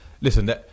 listen